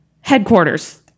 Headquarters